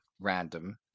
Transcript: random